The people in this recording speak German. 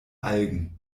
algen